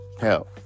Hell